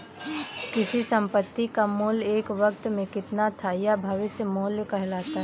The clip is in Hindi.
किसी संपत्ति का मूल्य एक वक़्त में कितना था यह भविष्य मूल्य कहलाता है